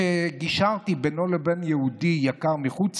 כשגישרתי בינו לבין יהודי יקר מחוץ